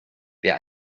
wer